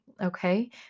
Okay